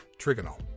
trigonal